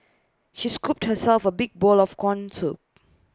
she scooped herself A big bowl of Corn Soup